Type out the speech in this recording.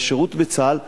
והשירות בצה"ל,